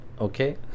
Okay